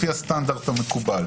לפי הסטנדרט המקובל.